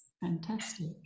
fantastic